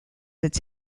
its